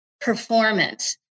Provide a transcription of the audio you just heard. performance